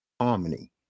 harmony